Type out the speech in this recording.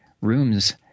rooms